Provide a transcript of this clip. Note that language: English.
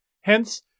Hence